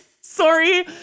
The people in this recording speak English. sorry